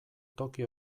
toki